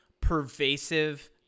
pervasive